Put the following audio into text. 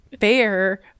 Fair